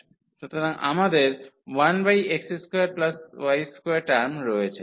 সুতরাং আমাদের 1x2y2 term রয়েছে